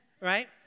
right